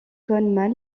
cônes